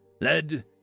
led